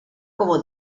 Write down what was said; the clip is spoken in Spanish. como